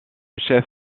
chef